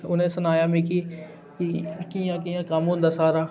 उ'नें सनाया मिकी कि कि'यां कि'यां कम्म होंदा